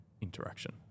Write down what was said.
interaction